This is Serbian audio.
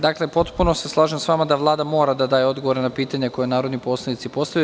Dakle, potpuno se slažem sa vama da Vlada mora da daje odgovore na pitanja koje narodni poslanici postavljaju.